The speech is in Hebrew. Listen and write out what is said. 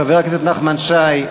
חבר הכנסת נחמן שי,